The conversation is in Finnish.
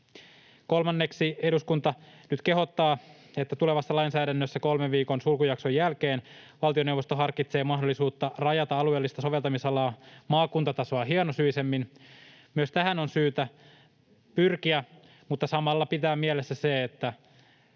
Kolmanneksi eduskunta nyt kehottaa, että tulevassa lainsäädännössä kolmen viikon sulkujakson jälkeen valtioneuvosto harkitsee mahdollisuutta rajata alueellista soveltamisalaa maakuntatasoa hienosyisemmin. Myös tähän on syytä pyrkiä mutta samalla pitää mielessä se, että